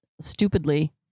stupidly